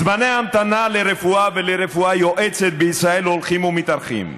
זמני ההמתנה לרפואה ולרפואה יועצת בישראל הולכים ומתארכים: